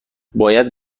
باید